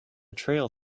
trail